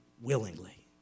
willingly